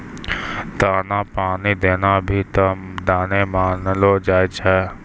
दाना पानी देना भी त दाने मानलो जाय छै